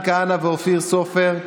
מאיפה המספר?